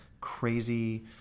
crazy